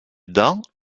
dans